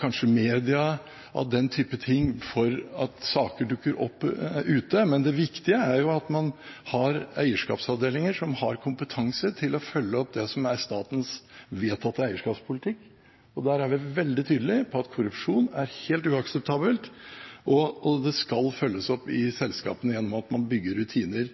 kanskje av media og av den type ting, for at saker dukker opp ute. Men det viktige er at man har eierskapsavdelinger med kompetanse til å følge opp statens vedtatte eierskapspolitikk, hvor det er veldig tydelig at korrupsjon er helt uakseptabelt. Det skal følges opp i selskapene gjennom at man bygger rutiner